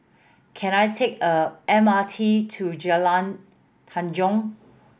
can I take a M R T to Jalan Tanjong